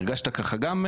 הרגשת ככה גם,